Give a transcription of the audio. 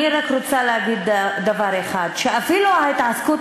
אני רוצה להגיד רק דבר אחד: אפילו ההתעסקות